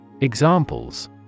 Examples